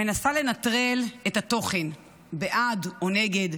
מנסה לנטרל את התוכן, בעד או נגד,